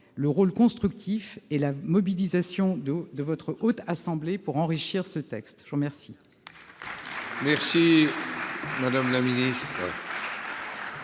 le rôle constructif et la mobilisation de votre Haute Assemblée pour enrichir ce texte. Mes chers